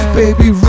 baby